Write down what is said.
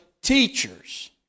teachers